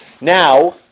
Now